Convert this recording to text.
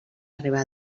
arribar